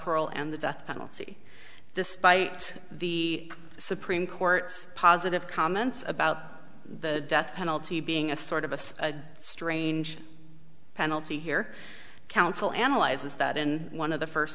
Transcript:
parole and the death penalty despite the supreme court's positive comments about the death penalty being a sort of a strange penalty here counsel analyzes that in one of the first